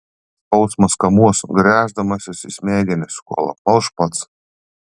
skausmas kamuos gręždamasis į smegenis kol apmalš pats